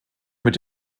mit